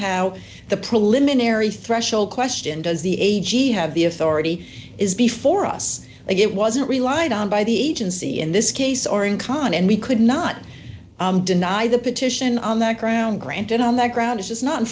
how the preliminary threshold question does the a g have the authority is before us they get wasn't relied on by the agency in this case or in common and we could not deny the petition on that ground granted on that ground it is not in